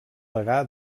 degà